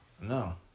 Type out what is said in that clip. No